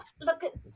Look